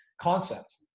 concept